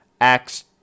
Acts